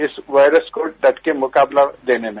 इस वॉयरस को डट के मुकाबला देने में